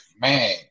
man